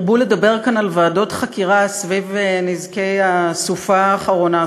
הרבו לדבר כאן על ועדות חקירה סביב נזקי הסופה האחרונה,